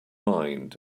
mind